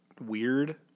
weird